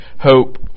hope